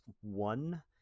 One